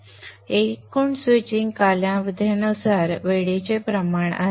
हे एकूण स्विचिंग कालावधीनुसार वेळेचे प्रमाण आहे